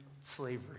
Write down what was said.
slavery